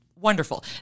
Wonderful